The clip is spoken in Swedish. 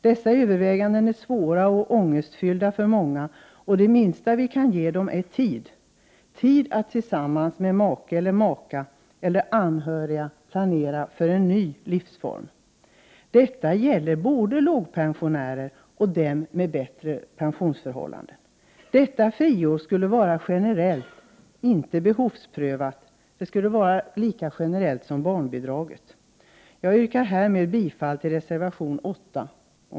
Dessa överväganden är svåra och ångestfyllda för många, och det minsta vi kan ge dem är tid — tid att tillsammans med make eller maka eller andra anhöriga planera för en ny livsform. Detta gäller både lågpensionärer och dem med bättre pensionsförhållanden. Detta friår skulle vara generellt, inte behovsprövat. Det skulle vara lika generellt som barnbidraget. Jag yrkar härmed bifall till reservation 8.